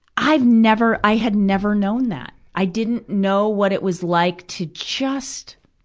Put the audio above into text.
i've never, i had never known that. i didn't know what it was like to just